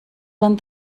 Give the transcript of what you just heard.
van